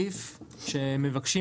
הסעיף שהם מבקשים,